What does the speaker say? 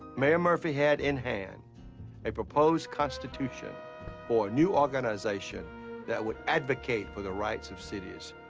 mayor murphy had in hand a proposed constitution for a new organization that would advocate for the rights of cities,